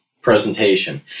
presentation